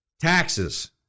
Taxes